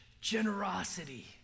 generosity